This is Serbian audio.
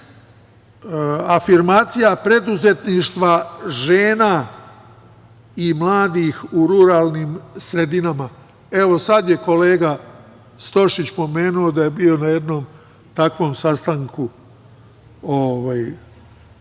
afirmacija preduzetništva žena i mladih u ruralnim sredinama. Evo, sada je kolega Stošić pomenuo da je bio na jednom takvom sastanku